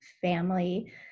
family